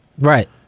Right